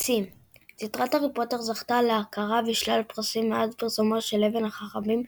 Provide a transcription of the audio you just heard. פרסים סדרת הארי פוטר זכתה להכרה בשלל פרסים מאז פרסומו של אבן החכמים,